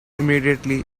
immediately